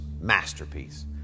masterpiece